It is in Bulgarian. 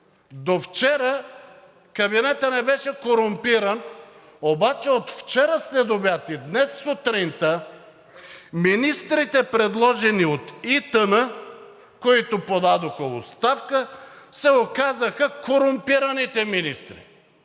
Довчера кабинетът не беше корумпиран, обаче от вчера следобед и днес сутринта министрите, предложени от ИТН, които подадоха оставка, се оказаха корумпираните министри,